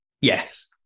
Yes